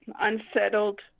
unsettled